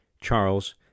Charles